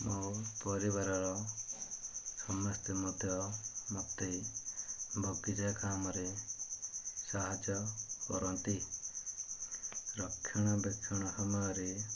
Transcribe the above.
ମୋ ପରିବାରର ସମସ୍ତେ ମଧ୍ୟ ମୋତେ ବଗିଚା କାମରେ ସାହାଯ୍ୟ କରନ୍ତି ରକ୍ଷଣାବେକ୍ଷଣ ସମୟରେ